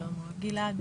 גלעד